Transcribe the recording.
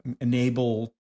enable